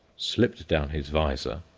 slipped down his visor,